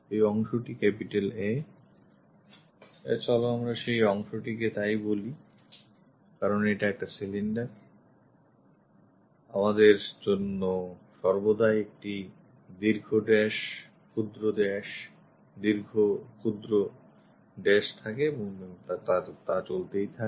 এই অংশটি A চলো আমরা সেই অংশটিকে তাই বলি কারণ এটা একটা cylinder আমাদের জন্য সর্বদাই একটি দীর্ঘ dash ক্ষুদ্র dash দীর্ঘ dash ক্ষুদ্র dash থাকে এবং তা চলতেই থাকে